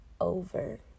over